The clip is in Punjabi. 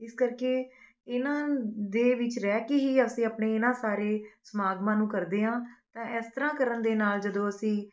ਇਸ ਕਰਕੇ ਇਹਨਾਂ ਦੇ ਵਿੱਚ ਰਹਿ ਕੇ ਹੀ ਅਸੀਂ ਆਪਣੇ ਇਹਨਾਂ ਸਾਰੇ ਸਮਾਗਮਾਂ ਨੂੰ ਕਰਦੇ ਹਾਂ ਤਾਂ ਇਸ ਤਰ੍ਹਾਂ ਕਰਨ ਦੇ ਨਾਲ ਜਦੋਂ ਅਸੀਂ